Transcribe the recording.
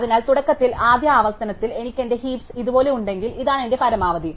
അതിനാൽ തുടക്കത്തിൽ ആദ്യ ആവർത്തനത്തിൽ എനിക്ക് എന്റെ ഹീപ്സ് ഇതുപോലെ ഉണ്ടെങ്കിൽ ഇതാണ് എന്റെ പരമാവധി